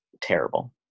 terrible